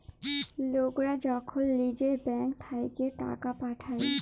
লকরা যখল লিজের ব্যাংক থ্যাইকে টাকা পাঠায়